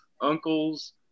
uncles